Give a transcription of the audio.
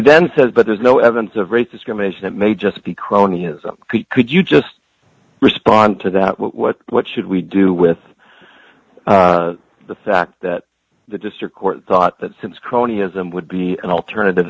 then says but there's no evidence of race discrimination it may just be cronyism could you just respond to that what what what should we do with the fact that the district court thought that since cronyism would be an alternative